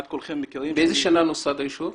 באיזו שנה נוסד היישוב?